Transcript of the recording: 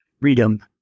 freedom